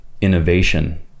innovation